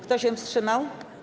Kto się wstrzymał?